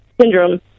syndrome